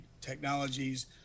technologies